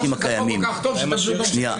כלומר,